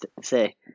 say